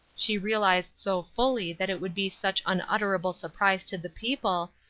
she realized so fully that it would be such unutterable surprise to the people,